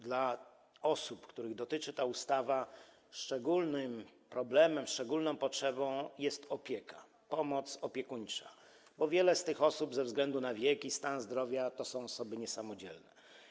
Dla osób, których dotyczy ta ustawa, szczególnym problemem, szczególną potrzebą jest opieka, pomoc opiekuńcza, bo wiele z tych osób ze względu na wiek i stan zdrowia to są osoby niesamodzielne.